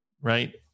right